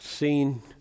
Seen